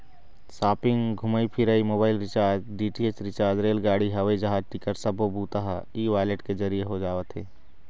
shopping, घूमई फिरई, mobile recharge, DTH recharge, रेलगाड़ी, हवई जहाज टिकट सब्बो बूता ह ई वॉलेट के जरिए हो जावत हे